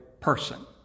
person